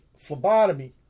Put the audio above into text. phlebotomy